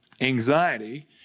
anxiety